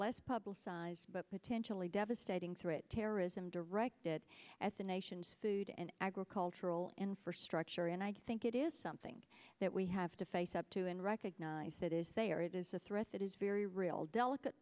less publicized but potentially devastating threat terrorism directed at the nation's food and agricultural infrastructure and i think it is something that we have to face up to and recognize that is there it is a threat that is very real delicate